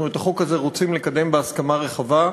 אנחנו את החוק הזה רוצים לקדם בהסכמה רחבה.